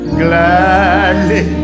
gladly